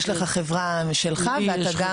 יש לך חברה משלך ואתה גם מהאיגוד.